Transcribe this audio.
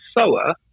sower